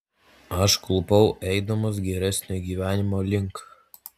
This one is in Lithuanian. aš klupau eidamas geresnio gyvenimo link